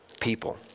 people